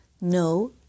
No